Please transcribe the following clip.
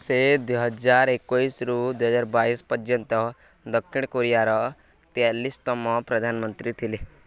ସେ ଦୁଇ ହଜାର ଏକୋଇଶରୁ ଦୁଇ ହଜାର ବାଇଶ ପର୍ଯ୍ୟନ୍ତ ଦକ୍ଷିଣ କୋରିଆର ତେୟାଳିଶତମ ପ୍ରଧାନମନ୍ତ୍ରୀ ଥିଲେ